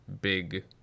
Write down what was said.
big